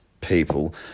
people